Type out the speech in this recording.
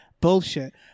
bullshit